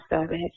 service